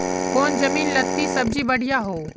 कौन जमीन लत्ती सब्जी बढ़िया हों?